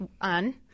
On